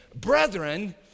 brethren